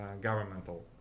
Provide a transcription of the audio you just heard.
governmental